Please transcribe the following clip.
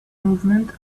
movement